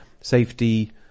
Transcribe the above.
safety